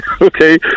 Okay